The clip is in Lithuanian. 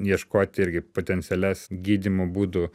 ieškoti irgi potencialias gydymo būdų